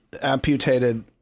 amputated